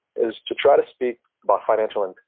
is to try to speak about financial and